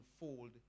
unfold